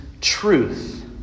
truth